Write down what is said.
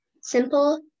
simple